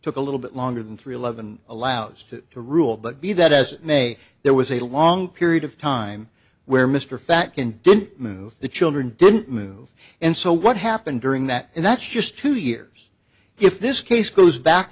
took a little bit longer than three eleven allows to to rule but be that as it may there was a long period of time where mr fact can didn't move the children didn't move and so what happened during that and that's just two years if this case goes back